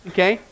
Okay